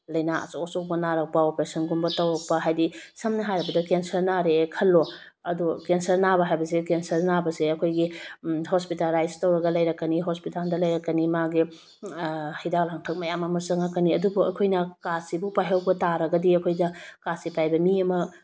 ꯂꯥꯏꯅꯥ ꯑꯆꯧ ꯑꯆꯧꯕ ꯅꯔꯛꯄ ꯑꯣꯄ꯭ꯔꯦꯁꯟꯒꯨꯝꯕ ꯇꯧꯔꯛꯄ ꯍꯥꯏꯗꯤ ꯁꯝꯅ ꯍꯥꯏꯔꯕꯗ ꯀꯦꯟꯁꯔ ꯅꯔꯛꯑꯦ ꯈꯜꯂꯣ ꯑꯗꯣ ꯀꯦꯟꯁꯔ ꯅꯕ ꯍꯥꯏꯕꯁꯦ ꯀꯦꯟꯁꯔ ꯅꯥꯕꯁꯦ ꯑꯩꯈꯣꯏꯒꯤ ꯍꯣꯁꯄꯤꯇꯦꯂꯥꯏꯖ ꯇꯧꯔꯒ ꯂꯩꯔꯛꯀꯅꯤ ꯍꯣꯁꯄꯤꯇꯦꯜꯗ ꯂꯩꯔꯛꯀꯅꯤ ꯃꯥꯒꯤ ꯍꯤꯗꯥꯛ ꯂꯥꯡꯊꯛ ꯃꯌꯥꯝ ꯑꯃ ꯆꯪꯉꯥꯛꯀꯅꯤ ꯑꯗꯨꯕꯨ ꯑꯩꯈꯣꯏꯅ ꯀꯥꯔꯗꯁꯤꯕꯨ ꯄꯥꯏꯍꯧꯕ ꯇꯔꯒꯗꯤ ꯑꯩꯈꯣꯏꯗ ꯀꯥꯔꯗꯁꯦ ꯄꯥꯏꯕ ꯃꯤ ꯑꯃ